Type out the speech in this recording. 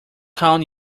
count